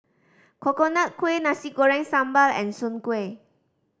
Coconut Kuih Nasi Goreng Sambal and soon kway